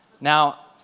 Now